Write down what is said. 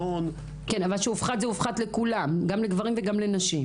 אבל כשזה הופחת זה הופחת לכולם גם לגברים וגם לנשים.